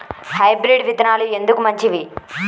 Hybrid విత్తనాలు ఎందుకు మంచివి?